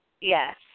Yes